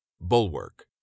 Bulwark